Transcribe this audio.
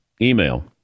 email